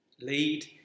Lead